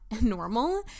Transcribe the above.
normal